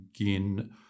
again